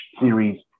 series